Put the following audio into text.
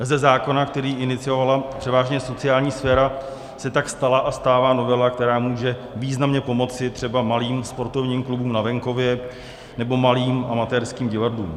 Ze zákona, který iniciovala převážně sociální sféra, se tak stala a stává novela, která může významně pomoci třeba malým sportovním klubům na venkově nebo malým amatérským divadlům.